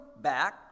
back